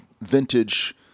vintage